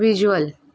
visual